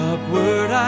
Upward